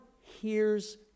hears